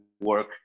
work